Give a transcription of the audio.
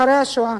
אחרי השואה.